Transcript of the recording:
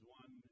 one